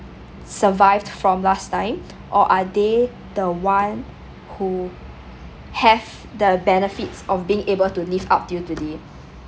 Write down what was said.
survived from last time or are they the one who have the benefits of being able to live up till today